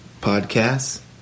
podcasts